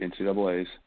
NCAA's